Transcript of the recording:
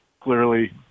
clearly